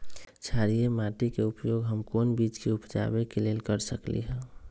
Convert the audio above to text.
क्षारिये माटी के उपयोग हम कोन बीज के उपजाबे के लेल कर सकली ह?